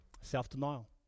self-denial